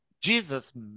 Jesus